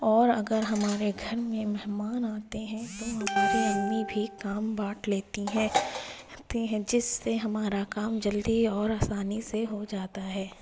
اور اگر ہمارے گھر میں مہمان آتے ہیں تو ہماری امی بھی کام بانٹ لیتی ہیں لیتے ہیں جس سے ہمارا کام جلدی اور آسانی سے ہو جاتا ہے